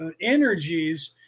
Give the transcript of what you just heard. energies